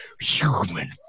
human